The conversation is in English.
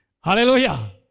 Hallelujah